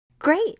Great